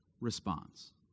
response